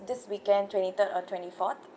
this weekend twenty third or twenty fourth